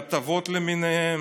בהטבות למיניהן.